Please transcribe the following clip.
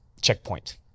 checkpoint